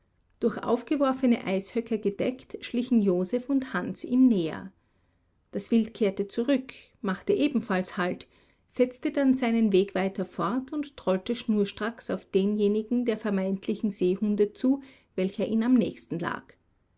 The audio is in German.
durch aufgeworfene eishöcker gedeckt schlichen joseph und hans ihm näher das wild kehrte zurück machte ebenfalls halt setzte dann seinen weg wieder fort und trollte schnurstracks auf denjenigen der vermeintlichen seehunde zu welcher ihm am nächsten lag